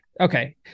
okay